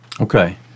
Okay